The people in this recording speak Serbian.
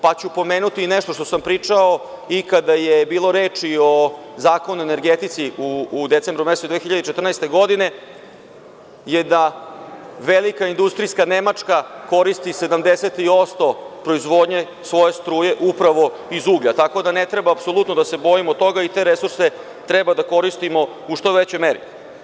Pomenuću i nešto što sam pričao i kada je bilo reči i o Zakonu o energetici u decembru mesecu 2014. godine, a to je da velika, industrijska Nemačka koristi 70% proizvodnje svoje struje upravo iz uglja, tako da ne treba apsolutno da se bojimo toga i te resurse treba da koristimo u što većoj meri.